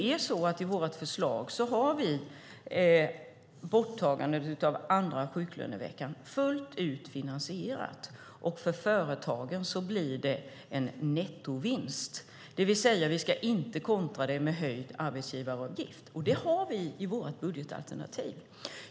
I vårt förslag har vi borttagandet av andra sjuklöneveckan fullt ut finansierat. För företagen blir det en nettovinst. Vi ska alltså inte kontra med en höjning av arbetsgivaravgiften. Detta har vi i vårt budgetalternativ.